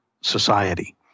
society